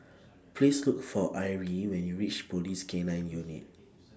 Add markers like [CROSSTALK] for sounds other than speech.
Please Look For Arie when YOU REACH Police K nine Unit [NOISE]